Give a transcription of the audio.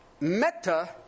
Meta